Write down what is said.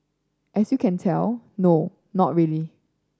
as you can tell no not really